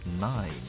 nine